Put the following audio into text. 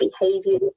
behavior